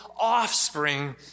offspring